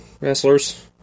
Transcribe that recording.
wrestlers